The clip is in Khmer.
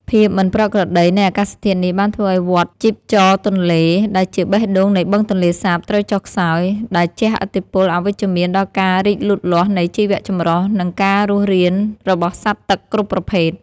ភាពមិនប្រក្រតីនៃអាកាសធាតុនេះ បានធ្វើឱ្យវដ្តជីពចរទន្លេ ដែលជាបេះដូងនៃបឹងទន្លេសាបត្រូវចុះខ្សោយ ដែលជះឥទ្ធិពលអវិជ្ជមានដល់ការរីកលូតលាស់នៃជីវចម្រុះ និងការរស់រានរបស់សត្វទឹកគ្រប់ប្រភេទ។